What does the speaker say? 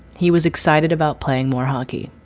he was excited about playing more hockey.